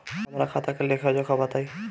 हमरा खाता के लेखा जोखा बताई?